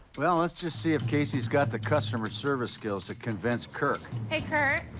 well, let's just see if casey's got the customer service skills to convince kirk. hey, kirk.